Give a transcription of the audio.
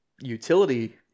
utility